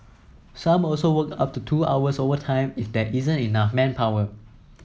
some also work up to two hours overtime if there isn't enough manpower